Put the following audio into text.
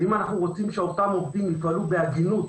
ואם אנחנו רוצים שאותם עובדים יפעלו בהגינות